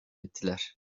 ettiler